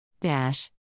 Dash